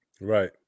right